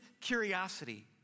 curiosity